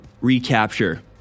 recapture